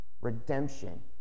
redemption